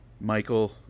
Michael